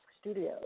Studios